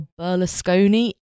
Berlusconi